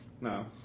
No